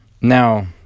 Now